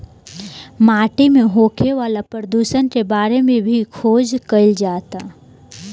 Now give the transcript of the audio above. माटी में होखे वाला प्रदुषण के बारे में भी खोज कईल जाता